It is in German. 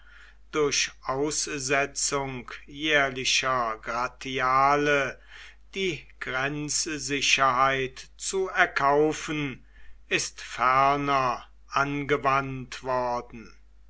durch aussetzung jährlicher gratiale die grenzsicherheit zu erkaufen ist ferner angewandt worden